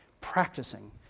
practicing